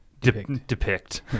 depict